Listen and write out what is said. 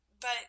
But